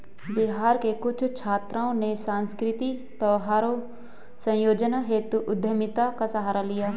बिहार के कुछ छात्रों ने सांस्कृतिक धरोहर संजोने हेतु उद्यमिता का सहारा लिया है